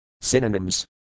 Synonyms